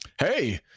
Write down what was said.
Hey